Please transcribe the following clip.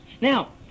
Now